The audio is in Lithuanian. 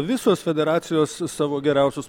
visos federacijos savo geriausius